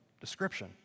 description